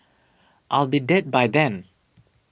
I'll be dead by then